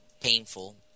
painful